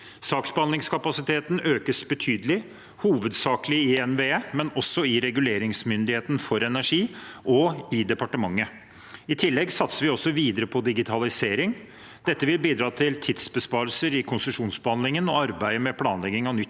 Saksbehandlingskapasiteten økes betydelig, hovedsakelig i NVE, men også i Reguleringsmyndigheten for energi og i departementet. I tillegg satser vi videre på digitalisering. Dette vil bidra til tidsbesparelser i konsesjonsbehandlingen og i arbeidet med planlegging av nytt